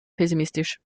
pessimistisch